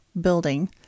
building